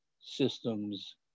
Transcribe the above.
systems